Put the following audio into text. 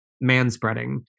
man-spreading